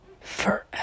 forever